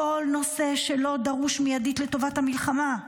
כל נושא שלא דרוש מיידית לטובת המלחמה.